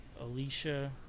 Alicia